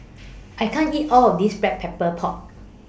I can't eat All of This Black Pepper Pork